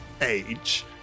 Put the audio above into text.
age